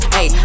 Hey